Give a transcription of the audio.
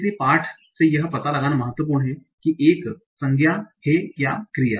इसलिए पाठ से यह पता लगाना महत्वपूर्ण है कि यह एक संज्ञा है या क्रिया